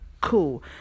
cool